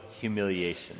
humiliation